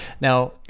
Now